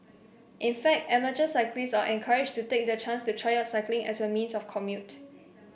in fact amateur cyclists are encouraged to take the chance to try out cycling as a means of commute